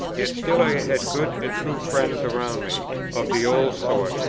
yet still i had good and true friends around me of the old sort,